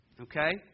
Okay